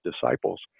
disciples